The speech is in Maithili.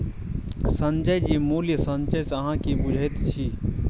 संजय जी मूल्य संचय सँ अहाँ की बुझैत छी?